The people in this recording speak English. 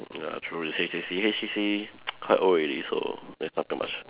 ya true it's H_C_C H_C_C quite old already so there's nothing much